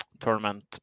tournament